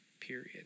period